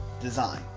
design